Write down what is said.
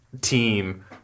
team—